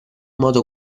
modo